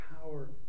power